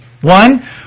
One